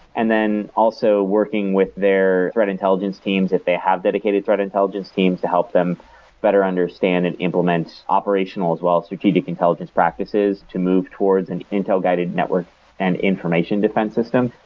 and also, working with their threat intelligence teams if they have dedicated threat intelligence teams to help them better understand and implement operational as well as strategic intelligence practices to move towards an intel-guided network and information defense system.